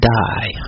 die